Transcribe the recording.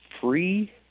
free